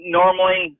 normally